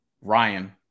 Ryan